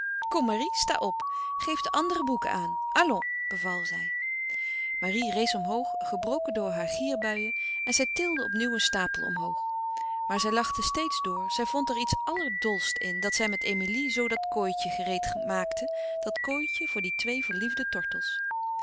sta op geef de andere boeken aan allons beval zij marie rees omhoog gebroken door haar gierbuien en zij tilde opnieuw een stapel omhoog maar zij lachte steeds door zij vond er iets allerdolst in dat zij met emilie zoo dat kooitje gereed maakte dat kooitje voor die twee verliefde tortels